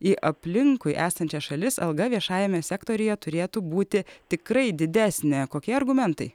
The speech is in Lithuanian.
į aplinkui esančias šalis alga viešajame sektoriuje turėtų būti tikrai didesnė kokie argumentai